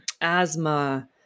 asthma